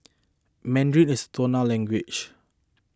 mandarin is tonal language